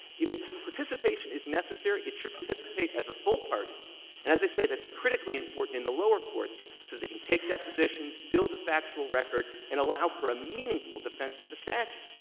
if its participation is necessary, it should participate as a full party. and as i say, that's critically important in the lower courts so they can take depositions, build a factual record, and allow for a meaningful defense of the statute.